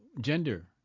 gender